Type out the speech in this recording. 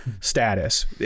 status